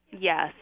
Yes